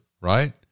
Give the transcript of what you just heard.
right